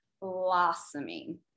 blossoming